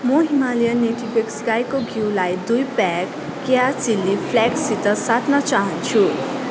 म Himalayan natives गाईको घिउलाई दुई प्याक केया चिली फ्लेक्ससित साट्न चाहन्छु